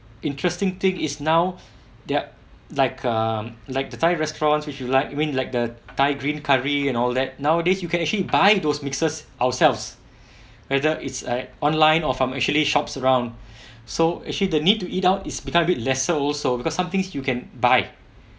interesting thing is now they're like um like the thai restaurant which you like I mean like the thai green curry and all that nowadays you can actually buy those mixes ourselves whether it's at online or from actually shops around so actually the need to eat out is become a bit lesser also because some things you can buy